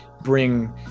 bring